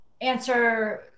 answer